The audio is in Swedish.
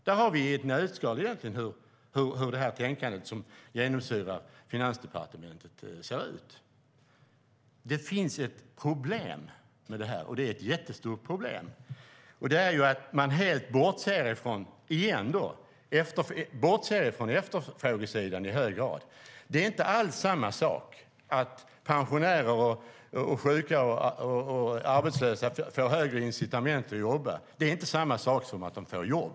Där har vi i ett nötskal hur tänkandet som genomsyrar Finansdepartementet ser ut. Det finns ett problem med det här, ett jättestort problem. Det är att man återigen i hög grad bortser från efterfrågesidan. Att pensionärer, sjuka och arbetslösa får högre incitament att jobba är inte samma sak som att de får jobb.